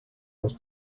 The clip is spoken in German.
aus